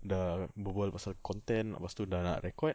dah berbual pasal content lepas tu dah nak record